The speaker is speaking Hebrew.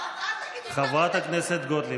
חברת הכנסת גוטליב,